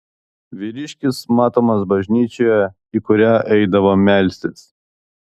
vyriškis matomas bažnyčioje į kurią eidavo melstis